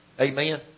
Amen